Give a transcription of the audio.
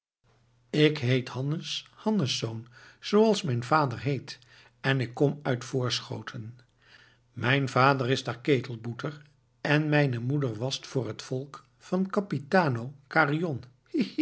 ik heet hannes hannesz zooals mijn vader heet en ik kom uit voorschoten mijn vader is daar ketelboeter en mijne moeder wascht voor het volk van capitano carion